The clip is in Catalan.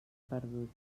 perdut